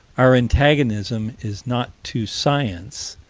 our antagonism is not to science,